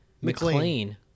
McLean